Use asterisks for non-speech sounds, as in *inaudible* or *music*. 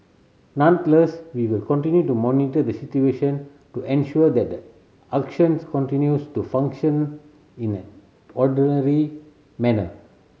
nonetheless we will continue to monitor the situation to ensure that the auctions continues to function in an *unintelligible* manner